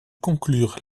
conclure